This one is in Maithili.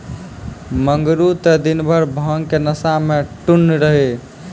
मंगरू त दिनभर भांग के नशा मॅ टुन्न रहै